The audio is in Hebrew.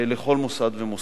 לכל מוסד ומוסד.